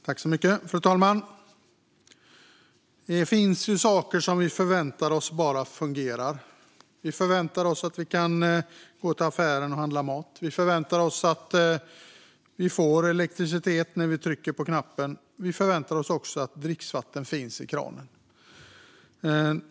Fru talman! Det finns ju saker som vi förväntar oss bara fungerar. Vi förväntar oss att vi kan gå till affären och handla mat. Vi förväntar oss att vi får elektricitet när vi trycker på knappen. Vi förväntar oss också att dricksvatten finns i kranen.